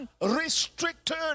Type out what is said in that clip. unrestricted